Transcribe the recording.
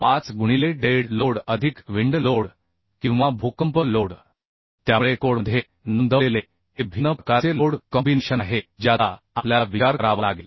5 गुणिले dead load अधिक wind load किंवा भूकंप लोड त्यामुळे कोडमध्ये नोंदवलेले हे भिन्न प्रकारचे लोड कॉम्बिनेशन आहे ज्याचा आपल्याला विचार करावा लागेल